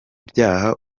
byaha